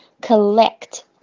collect